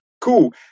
cool